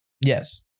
yes